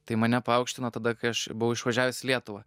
tai mane paaukštino tada kai aš buvau išvažiavęs į lietuvą